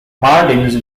martins